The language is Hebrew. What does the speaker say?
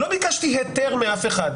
לא ביקשתי היתר מאף אחד.